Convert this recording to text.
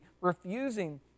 refusing